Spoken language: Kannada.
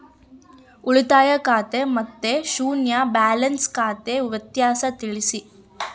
ಉಳಿತಾಯ ಖಾತೆ ಮತ್ತೆ ಶೂನ್ಯ ಬ್ಯಾಲೆನ್ಸ್ ಖಾತೆ ವ್ಯತ್ಯಾಸ ತಿಳಿಸಿ?